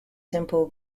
simple